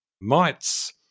mites